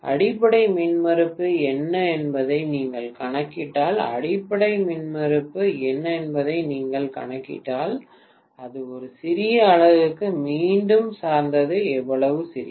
அடிப்படை மின்மறுப்பு என்ன என்பதை நீங்கள் கணக்கிட்டால் அடிப்படை மின்மறுப்பு என்ன என்பதை நீங்கள் கணக்கிட்டால் அது ஒரு சிறிய அலகுக்கு மீண்டும் சார்ந்தது எவ்வளவு சிறியது